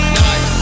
night